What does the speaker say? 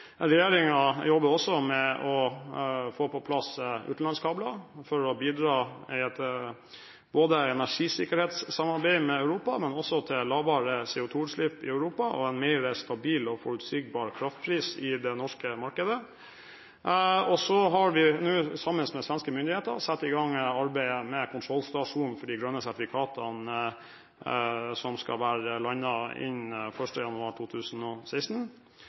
jobber også med å få på plass utenlandskabler for å bidra i et energisikkerhetsarbeid med Europa, men også til lavere CO2-utslipp i Europa og en mer stabil og forutsigbar kraftpris i det norske markedet. Så har vi nå sammen med svenske myndigheter satt i gang arbeidet med kontrollstasjon for grønne sertifikater som skal være landet innen 1. januar 2016.